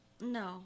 No